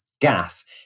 gas